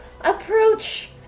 approach